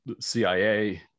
CIA